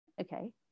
okay